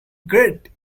great